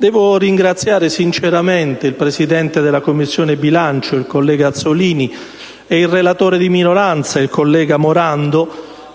Devo ringraziare sinceramente il Presidente della Commissione bilancio, il senatore Azzollini, e il relatore di minoranza, il senatore Morando,